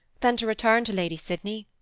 than to return to lady sydney.